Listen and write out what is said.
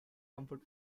comfort